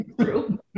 true